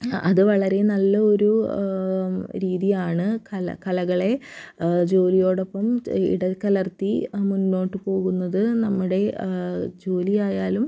അത് വളരെ നല്ല ഒരു രീതിയാണ് കല കലകളെ ജോലിയോടൊപ്പം ഇടകലർത്തി മുന്നോട്ട് പോകുന്നത് നമ്മുടെ ജോലി ആയാലും